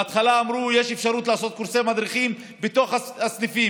בהתחלה אמרו שיש אפשרות לעשות קורסי מדריכים בתוך הסניפים,